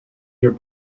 your